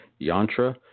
yantra